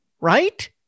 right